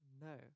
No